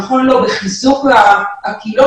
נכון לא בחיזוק הקהילות,